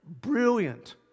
brilliant